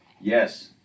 Yes